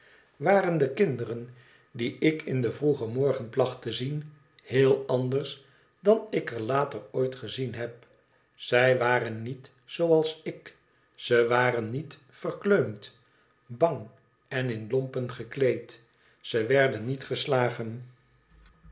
waren de kinderen die ik in den vroegen morgen placht te zien heel anders ddn ik er later ooit gezien heb zij waren niet zooab ik ze waren niet verkleumd bang en in lompen gekleed ze werden niet geslagen